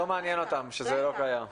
לא מעניין אותם שזה לא קיים.